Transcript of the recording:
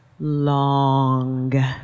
long